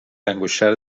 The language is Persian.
انگشتر